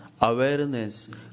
awareness